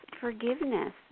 forgiveness